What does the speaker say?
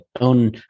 own